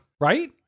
Right